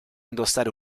indossare